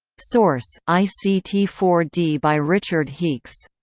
source i c t four d by richard heeks